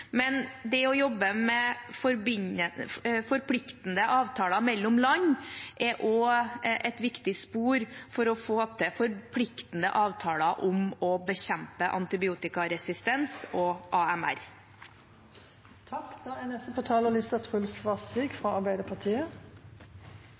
Men det å jobbe med forpliktende avtaler mellom land er også et viktig spor for å få til forpliktende avtaler om å bekjempe antibiotikaresistens,